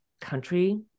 country